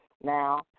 Now